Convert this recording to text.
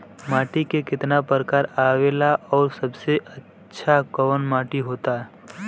माटी के कितना प्रकार आवेला और सबसे अच्छा कवन माटी होता?